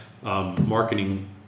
Marketing